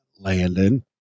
Landon